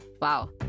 Wow